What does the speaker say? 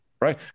Right